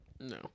no